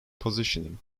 positioning